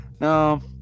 no